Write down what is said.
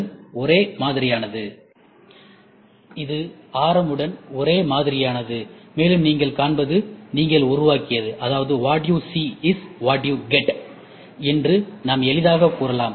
M உடன் ஒரே மாதிரியானது மேலும் "நீங்கள் காண்பது நீங்கள் உருவாக்கியது" அதாவது what you see is what you get என்று நாம் எளிதாகக் கூறலாம்